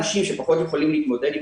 או אנשים שפחות יכולים להתמודד עם